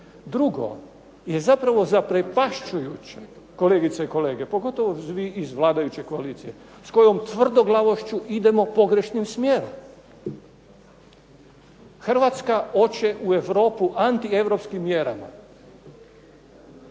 Drugo je zapravo zaprepašćujuće, kolegice i kolege, pogotovo vi iz vladajuće koalicije, s kojom tvrdoglavošću idemo pogrešnim smjerom. Hrvatska hoće u Europu antieuropskim mjerama.